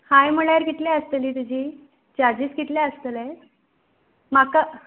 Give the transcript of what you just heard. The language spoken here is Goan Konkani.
हय म्हणल्यार कितली आसतली तुजी चार्जीस कितले आसतले म्हाका